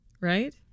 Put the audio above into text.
right